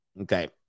Okay